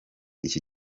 iki